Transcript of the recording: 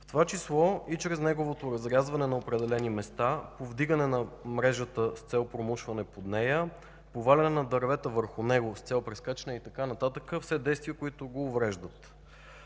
в това число и чрез неговото разрязване на определени места, повдигане на мрежата с цел промушване под нея, поваляне на дървета върху него с цел прескачане и така нататък – все действия, които го увреждат.